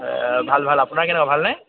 ভাল ভাল আপোনাৰ কেনেকুৱা ভালনে